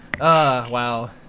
wow